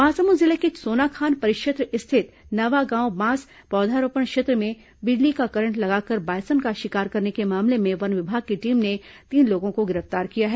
महासमुंद जिले के सोनाखान परिक्षेत्र स्थित नवागांव बांस पौधारोपण क्षेत्र में बिजली का करंट लगाकर बायसन का शिकार करने के मामले में वन विभाग की टीम ने तीन लोगों को गिरफ्तार किया है